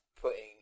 putting